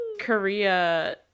korea